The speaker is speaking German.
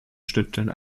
schnittstellen